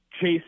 chase